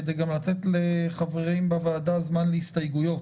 כדי גם לתת לחברים בוועדה זמן להסתייגויות.